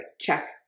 Check